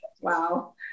Wow